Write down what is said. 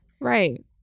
Right